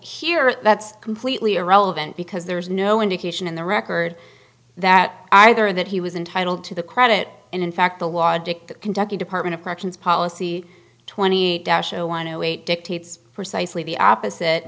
here that's completely irrelevant because there is no indication in the record that either that he was entitled to the credit and in fact the logic that kentucky department of corrections policy twenty one zero eight dictates precisely the opposite